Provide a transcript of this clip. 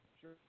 sure